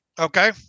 Okay